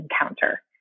encounter